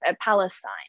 Palestine